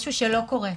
משהו שלא קורה.